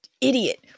idiot